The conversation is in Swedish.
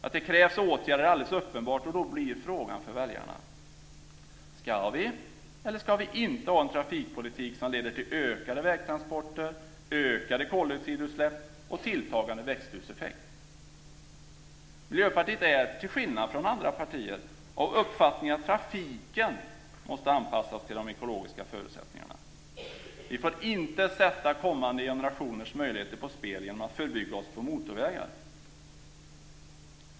Att det krävs åtgärder är alldeles uppenbart, och då blir frågan för väljarna: Ska vi eller ska vi inte ha en trafikpolitik som leder till ökade vägtransporter, ökade koldioxidutsläpp och tilltagande växthuseffekt? Miljöpartiet är, till skillnad från andra partier, av uppfattningen att trafiken måste anpassas till de ekologiska förutsättningarna. Vi får inte sätta kommande generationers möjligheter på spel genom att förbygga oss på motorvägar.